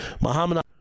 Muhammad